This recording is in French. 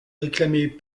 réclamer